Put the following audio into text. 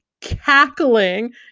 cackling